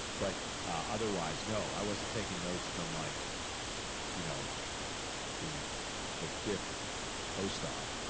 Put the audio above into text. but otherwise, no, i wasn't taking notes from like you know the the fifth co-star.